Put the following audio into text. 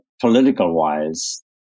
Political-wise